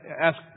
ask